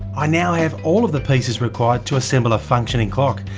i now have all of the pieces required to assemble a functioning clock,